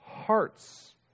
Hearts